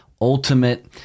ultimate